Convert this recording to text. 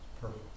Perfect